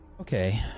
Okay